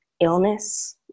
illness